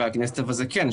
אבל אדוני היושב-ראש,